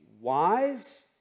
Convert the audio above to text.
wise